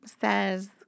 says